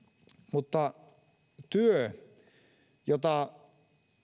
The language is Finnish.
mutta se työ jota